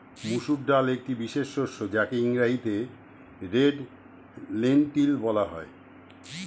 মুসুর ডাল একটি বিশেষ শস্য যাকে ইংরেজিতে রেড লেন্টিল বলা হয়